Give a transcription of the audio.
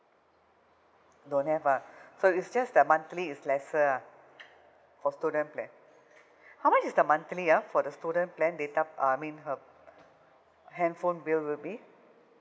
don't have ah so it's just the monthly is lesser ah for student plan how much is the monthly ah for the student plan data I mean her handphone bill will be